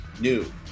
new